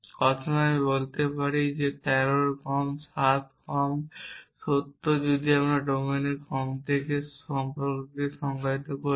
অথবা আমি বলতে পারি যে 13 এর চেয়ে 7 কম সত্য যদি আমার ডোমেনে আমি কম থেকে সম্পর্ককে সংজ্ঞায়িত করি